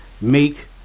make